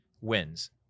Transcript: wins